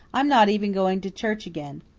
i'm not even going to church again.